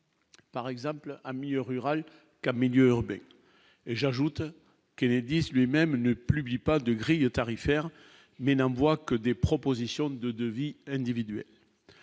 Par exemple, à mieux rural qu'en milieu urbain et j'ajoute qu'Enedis lui-même ne publie pas de grille tarifaire mais voient que des propositions de de vie individuelle